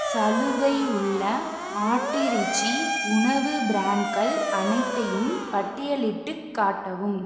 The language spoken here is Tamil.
சலுகை உள்ள ஆட்டிறைச்சி உணவு பிராண்ட்கள் அனைத்தையும் பட்டியலிட்டுக் காட்டவும்